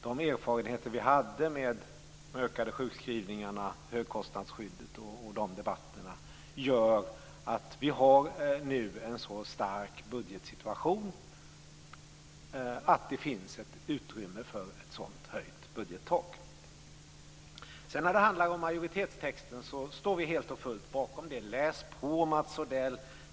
De erfarenheter vi hade med de ökade sjukskrivningarna och högskostnadsskyddet, och debatterna om dem, gör att vi gör bedömningen att vi nu har en sådan stark budgetsituation att det finns utrymme för ett höjt budgettak. Vi står helt och fullt bakom majoritetstexten. Läs på, Mats Odell!